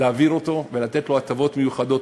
להעביר אותו ולתת לו הטבות מיוחדות,